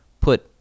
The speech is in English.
put